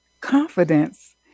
confidence